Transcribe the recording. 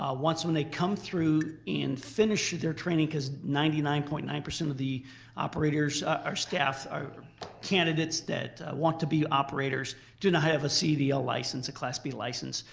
ah once when they come through and finish their training because ninety nine point nine of the operators are staff, or candidates that want to be operators, do not have a cdl license, a class b license.